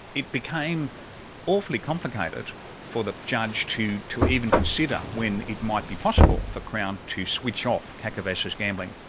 it became awfully complicated for the judge to to even consider when it might be possible for crown to switch off kakavas's gambling,